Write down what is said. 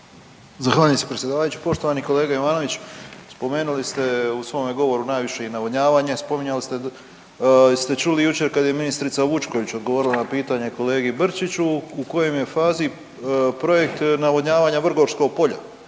Zahvaljujem se predsjedavajući. Poštovani kolega Ivanoviću spomenuli ste u svome govoru najviše i navodnjavanje, spominjali ste jeste čuli jučer kad je ministrica Vučković odgovorila na pitanje kolegi Brčiću u kojoj je fazi projekt navodnjavanja Vrgorskog polja.